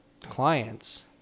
clients